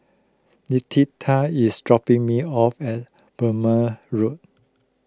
Letitia is dropping me off at Burmah Road